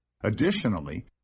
Additionally